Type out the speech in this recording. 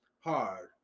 hard